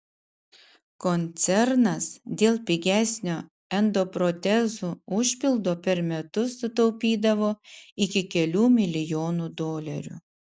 koncernas dėl pigesnio endoprotezų užpildo per metus sutaupydavo iki kelių milijonų dolerių